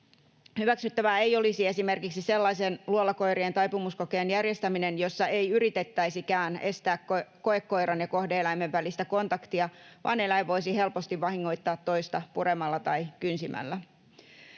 Hyväksyttävää ei olisi esimerkiksi sellaisen luolakoirien taipumuskokeen järjestäminen, jossa ei yritettäisikään estää koekoiran ja kohde-eläimen välistä kontaktia vaan eläin voisi helposti vahingoittaa toista puremalla tai kynsimällä.